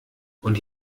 und